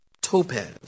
topaz